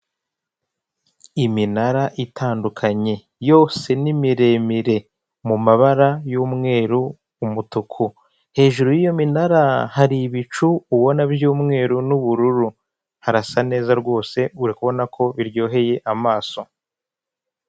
Iminara itandukanye yose ni miremire, mumabara y'umweru n'umutuku. Hejuru yiyo minara hari ibicu ubona byumweru n'ubururu, harasa neza rwose urabona ko biryoheye amaso.